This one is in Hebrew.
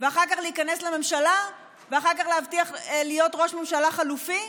ואחר כך להיכנס לממשלה ואחר כך להבטיח להיות ראש ממשלה חלופי?